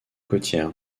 côtières